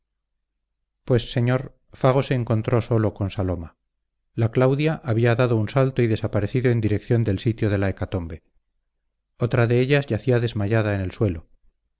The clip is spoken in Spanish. pues señor fago se encontró solo con saloma la claudia había dado un salto y desaparecido en dirección del sitio de la hecatombe otra de ellas yacía desmayada en el suelo